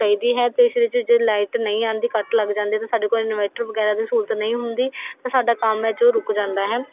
ਚਾਹੀਦੀ ਹੈ ਤੇ ਇਸ ਵਿੱਚ ਜੇ ਲਾਈਟ ਨਹੀਂ ਆਉਂਦੀ ਕੱਟ ਲੱਗ ਜਾਂਦੇ ਤਾਂ ਸਾਡੇ ਕੋਲ ਇਨਵੈਟਰ ਵਗੈਰਾ ਦੀ ਸਹੂਲਤ ਨਹੀਂ ਹੁੰਦੀ ਤਾਂ ਸਾਡਾ ਕੰਮ ਹੈ ਜੋ ਰੁਕ ਜਾਂਦਾ ਹੈ